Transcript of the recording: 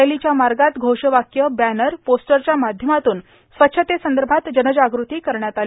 रॅलीच्या मार्गात घोषवाक्य बॅनर पोस्टरच्या माध्यमातून स्वच्छतेसंदर्भात जनजाग्रती करण्यात आली